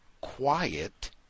quiet